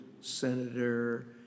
Senator